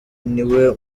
niwe